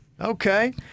Okay